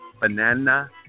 Banana